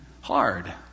hard